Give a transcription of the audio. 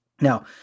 Now